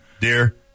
Dear